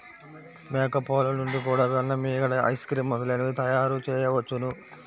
మేక పాలు నుండి కూడా వెన్న, మీగడ, ఐస్ క్రీమ్ మొదలైనవి తయారుచేయవచ్చును